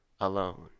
alone